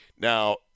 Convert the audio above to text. Now